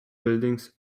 buildings